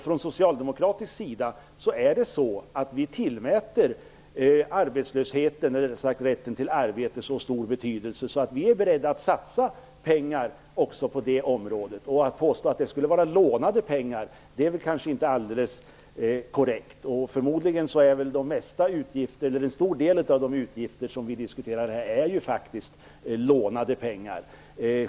Från socialdemokratisk sida tillmäter vi rätten till arbete så stor betydelse att vi är beredda att satsa pengar också på det området. Att påstå att det skulle vara lånade pengar är väl kanske inte alldeles korrekt. Förmodligen är en stor del av pengarna till de utgifter vi här diskuterar lånade.